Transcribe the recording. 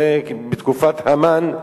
זה בתקופת המן,